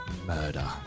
murder